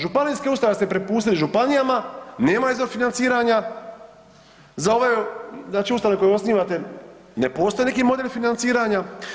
Županijske ustanove ste prepustili županijama, nema izvor financiranja, za ove znači ustanove koje osnivate ne postoji neki model financiranja.